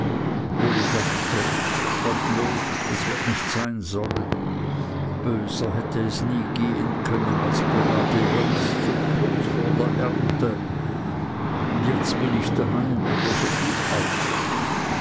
uli dachte gottlob es wird nicht sein sollen böser hätte es nie gehen können als gerade jetzt so kurz vor der ernte und jetzt bin ich daheim oder so viel als